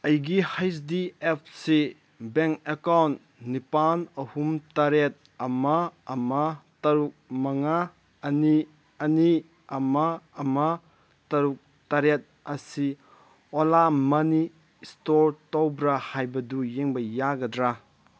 ꯑꯩꯒꯤ H D F C bank account ꯅꯤꯄꯥꯟ ꯑꯍꯨꯝ ꯇꯔꯦꯠ ꯑꯃ ꯑꯃ ꯇꯔꯨꯛ ꯃꯉꯥ ꯑꯅꯤ ꯑꯅꯤ ꯑꯃ ꯑꯃ ꯇꯔꯨꯛ ꯇꯔꯦꯠ ꯑꯁꯤ ꯑꯣꯂꯥ ꯃꯅꯤ ꯏꯁꯇꯣꯔ ꯇꯧꯕ꯭ꯔꯥ ꯍꯥꯏꯕꯗꯨ ꯌꯦꯡꯕ ꯌꯥꯒꯗ꯭ꯔꯥ